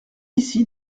ici